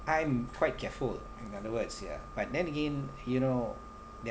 I am quite careful in other words ya but then again you know there